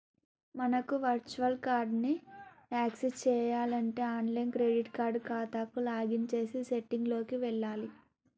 మనకు virtual card ని access చేయాలంటే ఆన్లైన్ క్రెడిట్ కార్డ్ ఖాతాకు లాగిన్ చేసి సెట్టింగ్ లోకి వెళ్లాలి